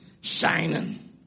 shining